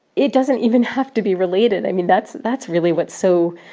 it doesn't even have to be related. i mean, that's that's really what's so